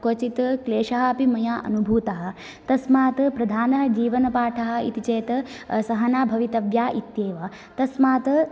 क्वचित् क्लेषः अपि मया अनुभूतः तस्मात् प्रधानजीवनपाठः इति चेत् सहना भवितव्या इत्येव तस्मात्